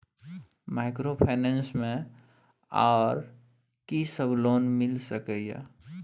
Microfinance मे आर की सब लोन मिल सके ये?